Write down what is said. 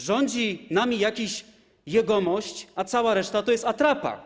Rządzi nami jakiś jegomość, a cała reszta to jest atrapa.